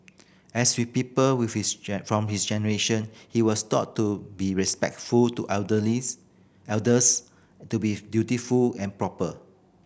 as with people with his from his generation he was taught to be respectful to elders to be dutiful and proper